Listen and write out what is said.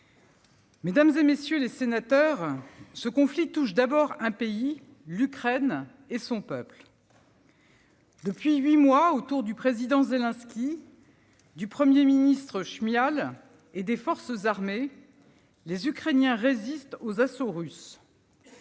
Mesdames, messieurs les sénateurs, ce conflit touche d'abord un pays, l'Ukraine, et son peuple. Depuis huit mois, autour du président Zelensky, du Premier ministre Chmyhal et des forces armées, les Ukrainiens résistent aux assauts russes.